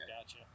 Gotcha